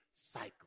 cycle